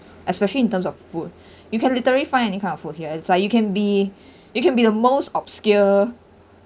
especially in terms of food you can literally find any kind of food here it's like it can be it can be the most obscure